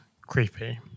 creepy